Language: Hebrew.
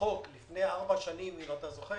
בחוק לפני ארבע שנים, אם אתה זוכר,